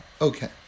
okay